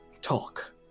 talk